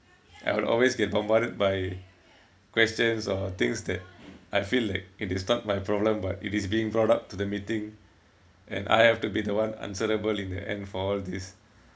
I will always get bombarded by questions or things that I feel like it is not my problem but it is being brought up to the meeting and I have to be the one answerable in the end for all this